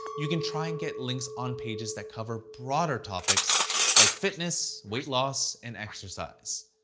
you can try and get links on pages that cover broader topics like fitness, weight loss, and exercise.